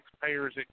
taxpayer's